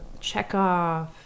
checkoff